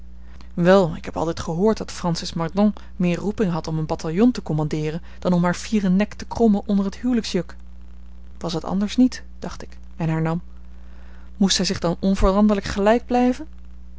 wel ik heb altijd gehoord dat francis mordaunt meer roeping had om een bataillon te commandeeren dan om haar fieren nek te krommen onder t huwelijksjuk was het anders niet dacht ik en hernam moet zij zich dan onveranderlijk gelijk blijven